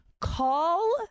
Call